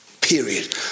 Period